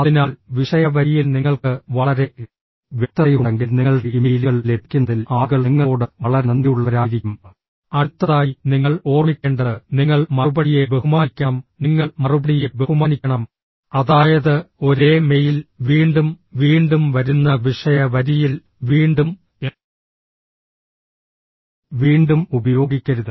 അതിനാൽ വിഷയ വരിയിൽ നിങ്ങൾക്ക് വളരെ വ്യക്തതയുണ്ടെങ്കിൽ നിങ്ങളുടെ ഇമെയിലുകൾ ലഭിക്കുന്നതിൽ ആളുകൾ നിങ്ങളോട് വളരെ നന്ദിയുള്ളവരായിരിക്കും അടുത്തതായി നിങ്ങൾ ഓർമ്മിക്കേണ്ടത് നിങ്ങൾ മറുപടിയെ ബഹുമാനിക്കണം നിങ്ങൾ മറുപടിയെ ബഹുമാനിക്കണം അതായത് ഒരേ മെയിൽ വീണ്ടും വീണ്ടും വരുന്ന വിഷയ വരിയിൽ വീണ്ടും വീണ്ടും ഉപയോഗിക്കരുത്